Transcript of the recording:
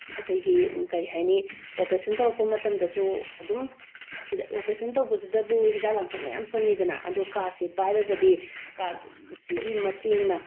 ꯑꯩꯈꯣꯏꯒꯤ ꯀꯔꯤ ꯍꯥꯏꯅꯤ ꯑꯣꯄꯔꯦꯁꯟ ꯇꯧꯔꯛꯄ ꯃꯇꯝꯗꯁꯨ ꯑꯗꯨꯝ ꯑꯣꯄꯔꯦꯁꯟ ꯇꯧꯕꯁꯤꯗꯕꯨ ꯍꯤꯗꯥꯛ ꯂꯥꯛꯊꯛ ꯃꯌꯥꯝ ꯆꯪꯏꯗꯅ ꯑꯗꯣ ꯀꯥꯔꯠꯁꯦ ꯄꯥꯏꯔꯒꯗꯤ ꯀꯥꯔꯠꯁꯤꯒꯤ ꯃꯇꯦꯡꯅ